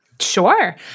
Sure